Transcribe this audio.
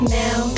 now